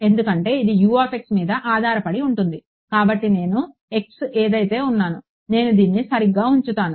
ఎందుకంటే ఇది మీద ఆధారపడి ఉంటుంది కాబట్టి నేను ఏదైతే ఉన్నాను నేను దీన్ని సరిగ్గా ఉంచుతాను